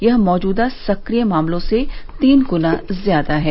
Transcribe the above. यह मौजूदा सक्रिय मामलों से तीन गुना ज्यादा है